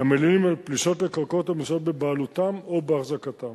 המלינים על פלישות לקרקעות המצויות בבעלותם או בהחזקתם.